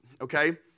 okay